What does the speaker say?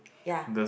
ya